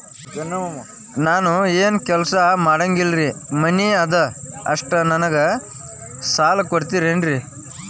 ನಾನು ಏನು ಕೆಲಸ ಮಾಡಂಗಿಲ್ರಿ ಮನಿ ಅದ ಅಷ್ಟ ನನಗೆ ಸಾಲ ಕೊಡ್ತಿರೇನ್ರಿ?